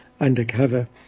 undercover